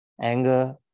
anger